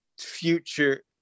future